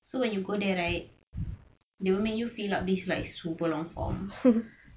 so when you go there right they will make you fill up this like super long form